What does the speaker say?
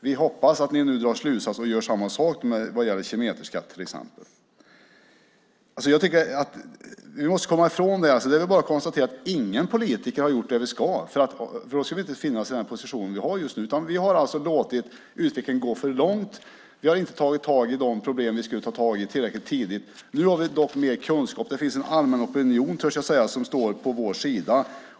Vi hoppas att ni nu drar slutsatser och gör samma sak när det gäller till exempel kilometerskatten. Det är väl bara att konstatera att ingen av oss politiker har gjort det vi ska. Då skulle vi inte finnas på den position vi just nu har. Vi har låtit utvecklingen gå för långt. Vi har inte tillräckligt tidigt tagit tag i de problem som vi skulle ta tag i. Nu har vi dock mer kunskap. Vi har, törs jag säga, en allmän opinion på vår sida.